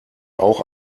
auch